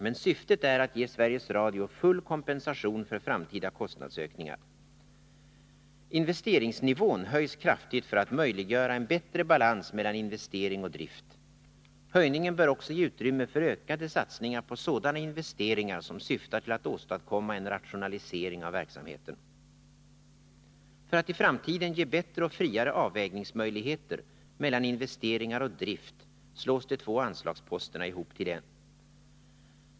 Men syftet är att ge Sveriges Radio full kompensation för framtida kostnadsökningar. Investeringsnivån höjs kraftigt för att möjliggöra en bättre balans mellan investering och drift. Höjningen bör också ge utrymme för ökade satsningar på sådana investeringar som syftar till att åstadkomma en rationalisering av verksamheten. För att i framtiden ge bättre och friare avvägningsmöjligheter mellan investeringar och drift slås de två anslagsposterna ihop till en.